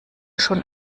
schon